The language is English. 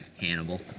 Hannibal